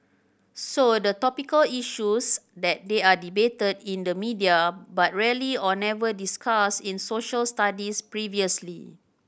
so are topical issues that they are debated in the media but rarely or never discussed in Social Studies previously